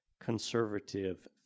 conservative